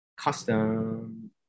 custom